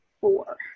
four